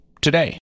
Today